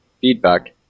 feedback